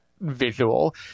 visual